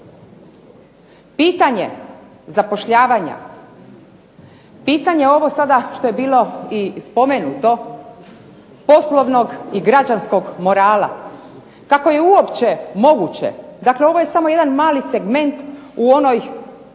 Pitanje zapošljavanja, pitanje ovoga što je sada bilo spomenuto poslovnog i građanskog morala. Kako je uopće moguće, dakle ovo je jedan mali segment u ovom